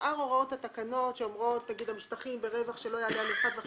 שאר הוראות התקנות שאומרות נניח המשטחים ברווח שלא יעלה על 1.5